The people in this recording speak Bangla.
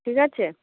ঠিক আছে